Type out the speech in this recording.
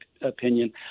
opinion